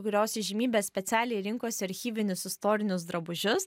kurios įžymybės specialiai rinkosi archyvinius istorinius drabužius